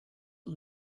and